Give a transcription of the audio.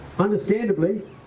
Understandably